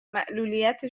معلولیت